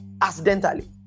accidentally